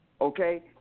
Okay